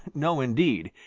no, indeed,